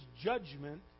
judgment